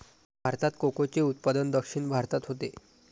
भारतात कोकोचे उत्पादन दक्षिण भारतात होते